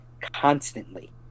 constantly